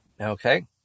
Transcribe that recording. Okay